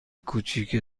کوچک